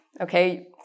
Okay